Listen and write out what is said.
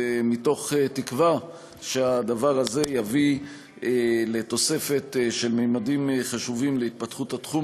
מתוך תקווה שהדבר הזה יביא לתוספת של ממדים חשובים להתפתחות התחום